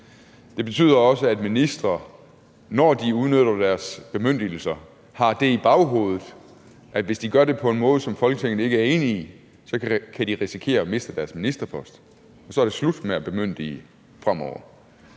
Det betyder også, at ministre – når de udnytter deres bemyndigelser – har det i baghovedet, at hvis de gør det på en måde, som Folketinget ikke er enig i, så kan de risikere at miste deres ministerpost. Og så er det slut med at bemyndige fremover.